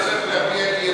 אתה צודק.